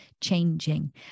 changing